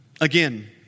Again